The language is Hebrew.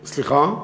סליחה?